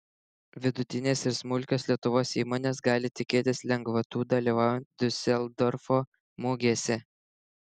vidutinės ir smulkios lietuvos įmonės gali tikėtis lengvatų dalyvaujant diuseldorfo mugėse